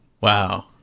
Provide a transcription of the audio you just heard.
Wow